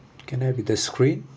can have with the screen